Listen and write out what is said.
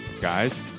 Guys